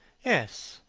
yes,